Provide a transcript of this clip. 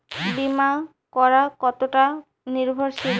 বীমা করা কতোটা নির্ভরশীল?